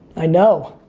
i know.